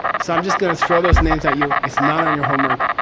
so, i'm just going to throw those names at you. it's not on your homework,